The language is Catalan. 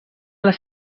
les